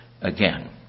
again